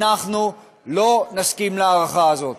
אנחנו לא נסכים להארכה הזאת.